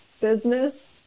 Business